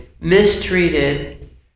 mistreated